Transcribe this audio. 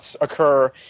occur